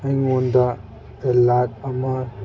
ꯑꯩꯉꯣꯟꯗ ꯑꯦꯂꯥꯔꯠ ꯑꯃ